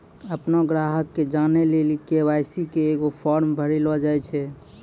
अपनो ग्राहको के जानै लेली के.वाई.सी के एगो फार्म भरैलो जाय छै